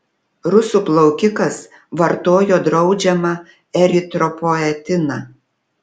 rusų plaukikas vartojo draudžiamą eritropoetiną